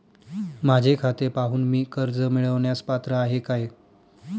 माझे खाते पाहून मी कर्ज मिळवण्यास पात्र आहे काय?